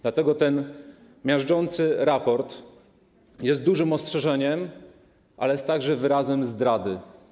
Dlatego ten miażdżący raport jest mocnym ostrzeżeniem, ale jest także wyrazem zdrady.